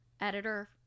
editor